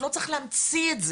מתי שצריכים,